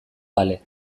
bale